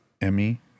Emmy